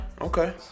okay